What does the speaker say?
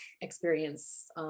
experience